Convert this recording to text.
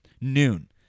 noon